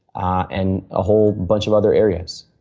and a whole bunch of other areas.